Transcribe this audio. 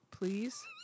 Please